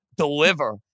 deliver